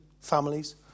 families